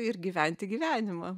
ir gyventi gyvenimą